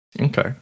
Okay